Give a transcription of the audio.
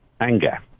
anger